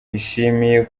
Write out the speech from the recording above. yishimiye